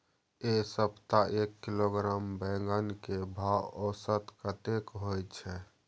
ऐ सप्ताह एक किलोग्राम बैंगन के भाव औसत कतेक होय छै?